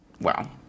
wow